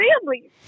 family